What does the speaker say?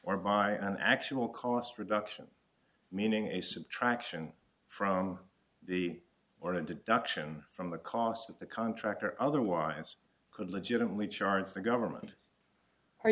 or by an actual cost reduction meaning a subtraction from the order to duction from the cost of the contract or otherwise could legitimately charge the government